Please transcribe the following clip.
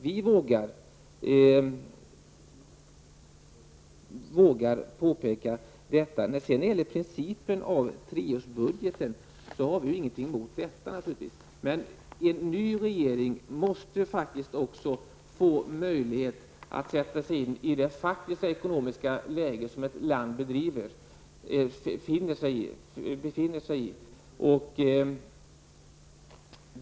Vi vågar påpeka detta. Principen om treårsbudget har vi naturligtvis ingenting emot. Men en ny regering måste också få möjlighet att sätta sig in i det faktiska ekonomiska läge som landet befinner sig i.